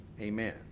Amen